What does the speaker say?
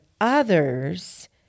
others